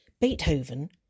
Beethoven